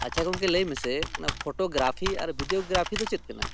ᱟᱪᱪᱷᱟ ᱜᱚᱝᱠᱮ ᱞᱟᱹᱭ ᱢᱮᱥᱮ ᱚᱱᱟ ᱯᱷᱳᱴᱳ ᱜᱨᱟᱯᱷᱤ ᱟᱨ ᱵᱷᱤᱰᱭᱳ ᱜᱨᱟᱯᱷᱤ ᱫᱚ ᱪᱮᱫ ᱠᱟᱱᱟ